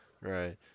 right